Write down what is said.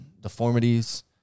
deformities